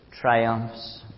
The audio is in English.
triumphs